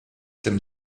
tym